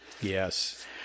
Yes